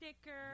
sticker